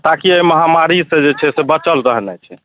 ताकि अइ महामारी सँ जे छै से बचल रहनाइ छै